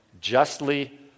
justly